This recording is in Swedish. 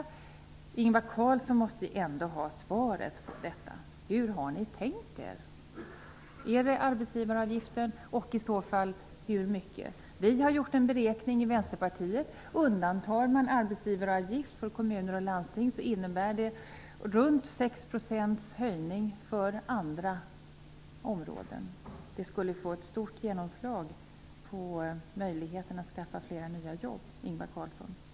Men fråga är: Hur har ni tänkt er att detta skall gå till? Ingvar Carlsson måste väl ändå ha svaret på den frågan! Är det arbetsgivaravgiften som skall höjas och i så fall med hur mycket? Vi i Vänsterpartiet har gjort en beräkning som visar att om man undantar kommuner och landsting så behövs en höjning av arbetsgivaravgiften med runt 6 % för andra arbetsgivare. Det skulle kraftigt påverka möjligheterna att få fram fler nya jobb.